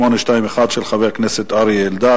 821 של חבר הכנסת אריה אלדד,